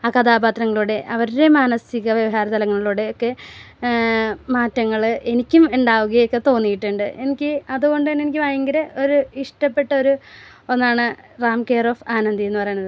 ആ കഥാപാത്രങ്ങളൂടെ അവരുരെ മാനസിക വികാരതലങ്ങളിലൂടെയൊക്കെ മാറ്റങ്ങൾ എനിക്കും ഉണ്ടാവുകയൊക്കെ തോന്നിയിട്ടുണ്ട് എനിക്ക് അതുകൊണ്ടുതന്നെ എനിക്ക് ഭയങ്കര ഒരു ഇഷ്ടപ്പെട്ടൊരു ഒന്നാണ് റാം കെയർ ഓഫ് ആനന്ദെന്ന് പറയണത്